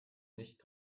nicht